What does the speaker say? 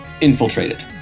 infiltrated